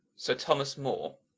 sir thomas more